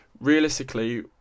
Realistically